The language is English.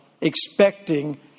expecting